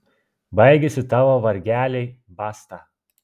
baigėsi tavo vargeliai basta